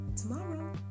tomorrow